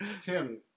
Tim